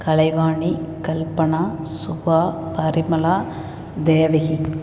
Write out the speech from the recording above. Kalaivani Kalpana Subha Parimala Devaki